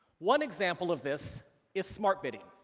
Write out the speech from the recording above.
one example of this is smart bidding.